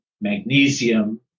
magnesium